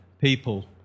people